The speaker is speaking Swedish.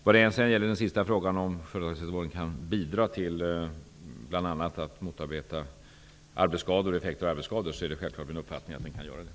Elisabeth Fleetwood frågade också om jag anser att företagshälsovården kan bidra till att bl.a. motarbeta arbetsskador och effekter av sådana, och det är självfallet min uppfattning att den kan göra det.